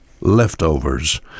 leftovers